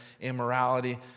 immorality